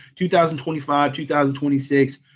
2025-2026